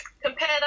Compare